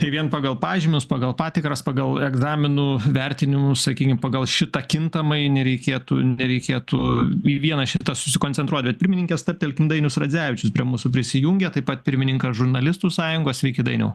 ir vien pagal pažymius pagal patikras pagal egzaminų vertinimus sakykim pagal šitą kintamąjį nereikėtų nereikėtų į vieną šitą susikoncentruoti bet pirmininke stabtelkim dainius radzevičius prie mūsų prisijungė taip pat pirmininkas žurnalistų sąjungos sveiki dainiau